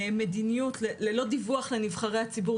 מדיניות וללא דיווח לנבחרי הציבור.